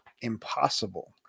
impossible